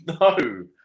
no